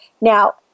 Now